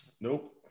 nope